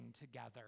together